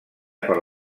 per